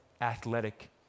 athletic